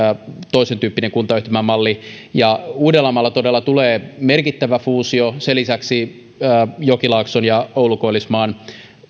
toisentyyppinen kuntayhtymämalli ja uudellamaalla todella tulee merkittävä fuusio sen lisäksi jokilaakson ja oulu koillismaan